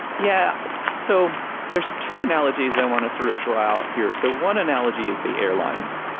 yeah, so there's two analogies i want to sort of draw out here. so one analogy is the airlines.